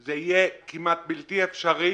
זה יהיה כמעט בלתי-אפשרי,